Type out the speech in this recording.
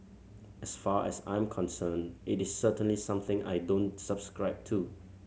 as far as I'm concerned it is certainly something I don't subscribe to